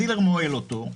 הדילר מוהל אותו,